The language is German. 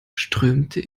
strömte